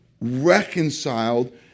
reconciled